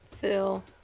Phil